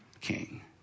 king